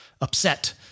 upset